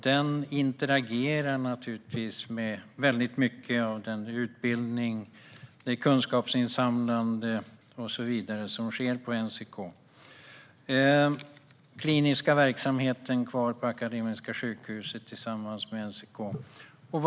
Den interagerar naturligtvis mycket med den utbildning och det kunskapsinsamlande som sker på NCK. Den kliniska verksamheten är kvar på Akademiska sjukhuset tillsammans med NCK.